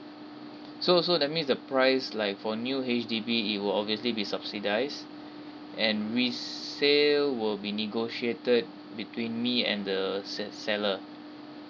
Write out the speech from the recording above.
so so that means the price like for new H_D_B it will obviously be subsidised and resale will be negotiated between me and the se~ seller